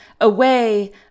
away